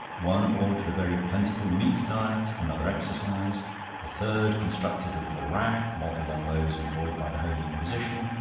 one ordered a very plentiful meat diet another exercise a third constructed a little rack, modelled on those employed by the holy inquisition,